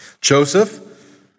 Joseph